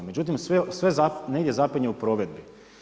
Međutim, sve negdje zapinje u provedbi.